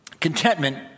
Contentment